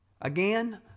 Again